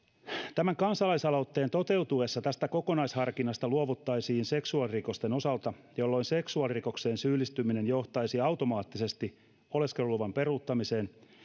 tämän kansalaisaloitteen toteutuessa tästä kokonaisharkinnasta luovuttaisiin seksuaalirikosten osalta jolloin seksuaalirikokseen syyllistyminen johtaisi automaattisesti oleskeluluvan peruuttamiseen